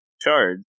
charge